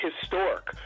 historic